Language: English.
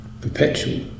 perpetual